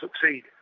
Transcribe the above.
succeed